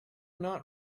not